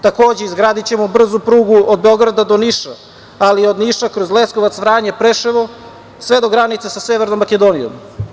Takođe, izgradićemo brzu prugu od Beograda do Niša, ali i od Niša kroz Leskovac – Vranje – Preševo, sve do granica sa Severnom Makedonijom.